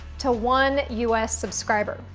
to one us subscriber.